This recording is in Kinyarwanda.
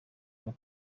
ngo